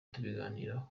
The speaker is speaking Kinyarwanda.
tubiganiraho